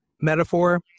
metaphor